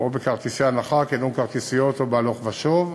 או בכרטיסי הנחה כגון כרטיסיות או בהלוך ושוב.